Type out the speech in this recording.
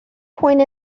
point